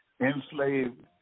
enslaved